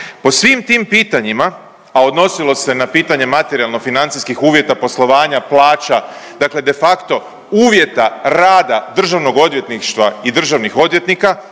Po svim tim pitanjima, a odnosilo se na pitanje materijalno financijskih uvjeta poslovanja, plaća, dakle de facto uvjeta rada Državnog odvjetništva i državnih odvjetnika,